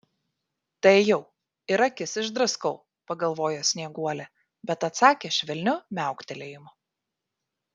tai jau ir akis išdraskau pagalvojo snieguolė bet atsakė švelniu miauktelėjimu